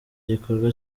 gikorwa